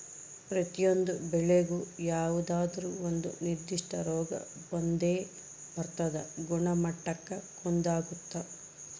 ಪ್ರತಿಯೊಂದು ಬೆಳೆಗೂ ಯಾವುದಾದ್ರೂ ಒಂದು ನಿರ್ಧಿಷ್ಟ ರೋಗ ಬಂದೇ ಬರ್ತದ ಗುಣಮಟ್ಟಕ್ಕ ಕುಂದಾಗುತ್ತ